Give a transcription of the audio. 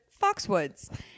Foxwoods